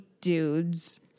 dudes